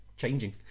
changing